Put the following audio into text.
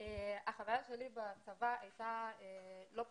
החוויה שלי בצבא הייתה לא פשוטה,